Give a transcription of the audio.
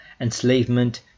enslavement